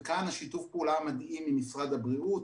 וכאן שיתוף הפעולה המדהים עם משרד הבריאות,